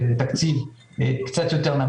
לרוב זה תגבור לימודי ובנוסף יש גם קטע העשרתי יותר.